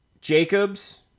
Jacobs